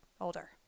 older